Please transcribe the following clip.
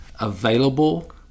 Available